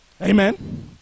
Amen